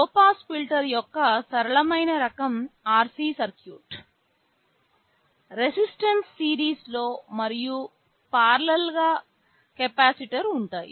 లో pass filter యొక్క సరళమైన రకం RC సర్క్యూట్ రెసిస్టెన్స్ సిరీస్లో మరియు పారలల్ గా కెపాసిటర్ ఉంటాయి